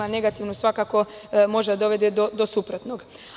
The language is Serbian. Negativno svakako može dovesti do suprotnog.